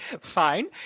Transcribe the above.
fine